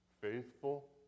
faithful